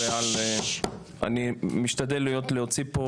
רק להדגיש שאכן מאוד מזדהה עם מי שנאמר פה על ידי חבר הכנסת